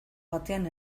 batean